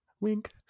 Wink